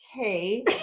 Okay